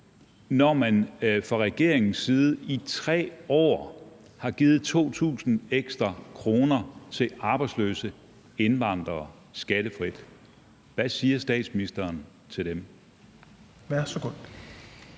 når man fra regeringens side i 3 år har givet 2.000 kr. ekstra til arbejdsløse indvandrere skattefrit? Hvad siger statsministeren til dem?